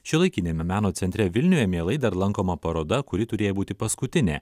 šiuolaikiniame meno centre vilniuje mielai dar lankoma paroda kuri turėjo būti paskutinė